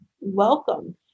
welcome